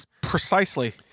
Precisely